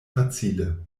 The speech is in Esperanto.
facile